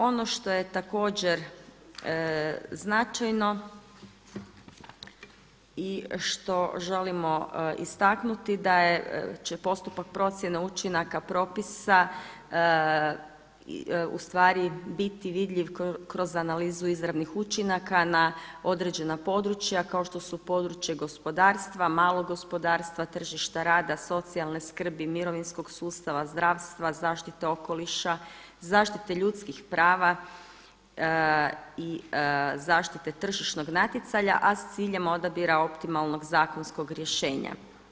Ono što je također značajno i što želimo istaknuti da će postupak procjene učinaka propisa ustvari biti vidljiv kroz analizu izravnih učinaka na određena područja kao što su područje gospodarstva, malog gospodarstva, tržišta rada, socijalne skrbi, mirovinskog sustava, zdravstva, zaštite okoliša, zaštite ljudskih prava i zaštite tržišnog natjecanja a sa ciljem odabira optimalnog zakonskog rješenja.